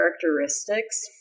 characteristics